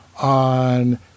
on